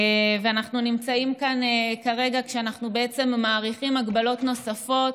ואנחנו נמצאים כאן כרגע כדי להאריך הגבלות נוספות,